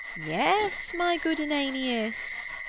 yes, my good ananias.